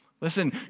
Listen